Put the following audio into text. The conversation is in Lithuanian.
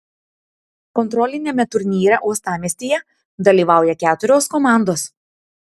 kontroliniame turnyre uostamiestyje dalyvauja keturios komandos